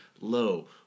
low